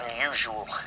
unusual